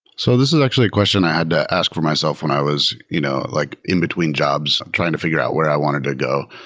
so this is actually a question i had to ask for myself when i was you know like in between jobs trying to fi gure out where i wanted to go.